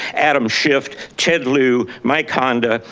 adam schiff, ted lou, mike honda.